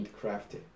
crafty